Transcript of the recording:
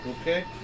okay